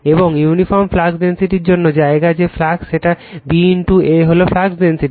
এবং uniform flux ডেনসিটির জন্য এই জায়গায় যে ফ্লাক্স সেটা B A B হল ফ্লাক্স ডেনসিটি